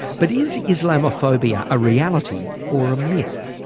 but is islamophobia a reality or a myth?